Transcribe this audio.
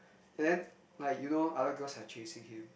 then like you know other girls are chasing him